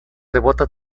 devota